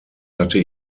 hatte